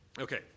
Okay